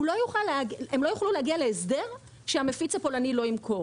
הם לא יוכלו להגיע להסדר שהמפיץ הפולני לא ימכור.